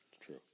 True